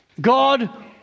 God